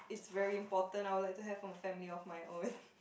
it's very important I would like to have a family of my own